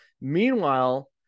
Meanwhile